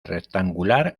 rectangular